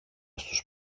στους